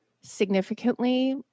significantly